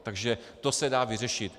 Takže to se dá vyřešit.